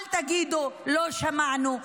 אל תגידו: לא שמענו.